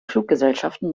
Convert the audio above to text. fluggesellschaften